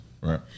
Right